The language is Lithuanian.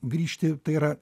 grįžti tai yra